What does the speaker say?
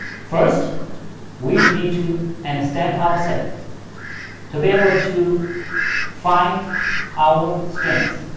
first we need to understand ourselves to be able to find our strength,